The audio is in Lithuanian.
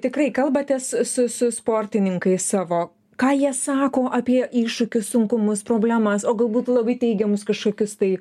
tikrai kalbatės su su sportininkais savo ką jie sako apie iššūkius sunkumus problemas o galbūt labai teigiamus kažkokius tai